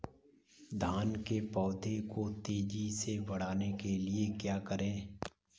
धान के पौधे को तेजी से बढ़ाने के लिए क्या करें?